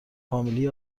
فامیلی